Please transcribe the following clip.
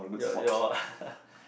your your